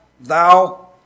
thou